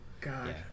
God